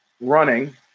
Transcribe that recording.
running